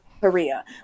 Korea